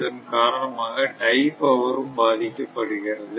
இதன் காரணமாக டை பவர் ம் பாதிக்க படுகிறது